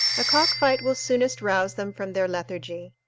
a cockfight will soonest rouse them from their lethargy.